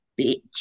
bitch